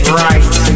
right